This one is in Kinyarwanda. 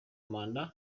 manda